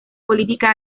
política